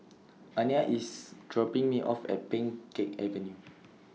Aniyah IS dropping Me off At Pheng Geck Avenue